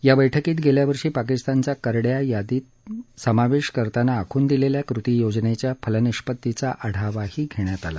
या बैठकीत गेल्यावर्षी पाकिस्तानचा करड्या यादीत समावेश करताना आखून दिलेल्या कृती योजनेच्या फलनिष्पत्तीचा आढावा घेण्यात आला